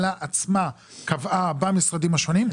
שהממשלה עצמה קבעה במשרדים השונים.